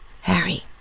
Harry